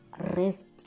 rest